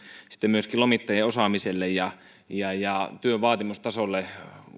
sitten myöskin lomittajien osaamiselle ja ja työn vaatimustasolle